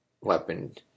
weapon